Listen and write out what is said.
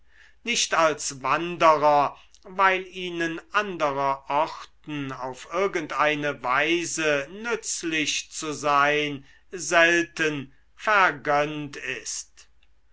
nicht als wanderer weil ihnen anderer orten auf irgendeine weise nützlich zu sein selten vergönnt ist